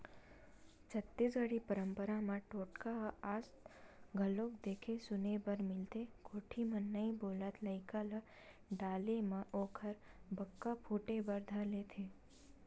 छत्तीसगढ़ी पंरपरा म टोटका ह आज घलोक देखे सुने बर मिलथे कोठी म नइ बोलत लइका ल डाले म ओखर बक्का फूटे बर धर लेथे